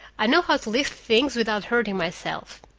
i know how to lift things without hurting myself.